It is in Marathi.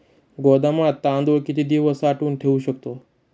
गोदामात तांदूळ किती दिवस साठवून ठेवू शकतो?